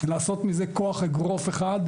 ולעשות מזה כוח אגרוף אחד,